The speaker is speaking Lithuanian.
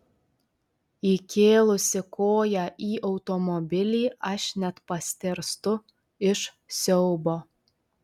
įkėlusi koją į automobilį aš net pastėrstu iš siaubo